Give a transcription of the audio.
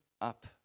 up